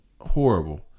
Horrible